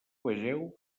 vegeu